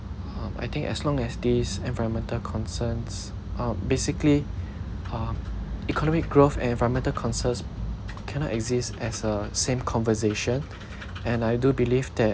um I think as long as these environmental concerns uh basically uh economic growth and environmental concerns cannot exist as uh same conversation and I do believe that